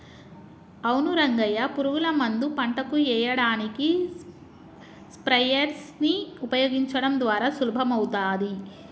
అవును రంగయ్య పురుగుల మందు పంటకు ఎయ్యడానికి స్ప్రయెర్స్ నీ ఉపయోగించడం ద్వారా సులభమవుతాది